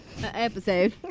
episode